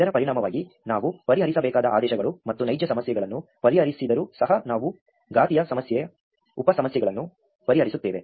ಇದರ ಪರಿಣಾಮವಾಗಿ ನಾವು ಪರಿಹರಿಸಬೇಕಾದ ಆದೇಶಗಳು ಮತ್ತು ನೈಜ ಸಮಸ್ಯೆಗಳನ್ನು ಪರಿಹರಿಸಿದರೂ ಸಹ ನಾವು ಘಾತೀಯ ಸಂಖ್ಯೆಯ ಉಪ ಸಮಸ್ಯೆಗಳನ್ನು ಪರಿಹರಿಸುತ್ತೇವೆ